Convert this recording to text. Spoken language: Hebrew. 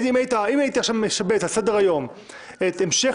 אם הייתי שם עכשיו בסדר היום את המשך